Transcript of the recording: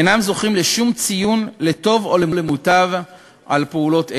אינם זוכים לשום ציון לטוב או למוטב על פעולות אלו.